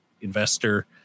investor